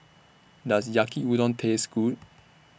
Does Yaki Udon Taste Good